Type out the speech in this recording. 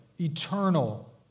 eternal